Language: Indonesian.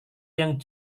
yang